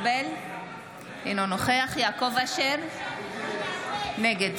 אינו נוכח יעקב אשר, נגד